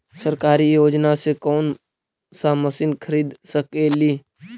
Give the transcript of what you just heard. सरकारी योजना से कोन सा मशीन खरीद सकेली?